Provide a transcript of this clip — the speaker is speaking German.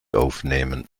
aufnehmen